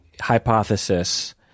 hypothesis